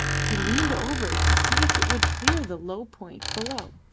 he leaned over to see if it would clear the low point below.